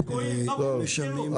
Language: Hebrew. והנמלים האחרים תקועים ולא מקבלים שירות,